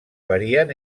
varien